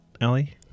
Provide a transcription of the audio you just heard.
Ellie